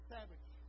Savage